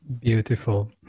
Beautiful